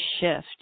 shift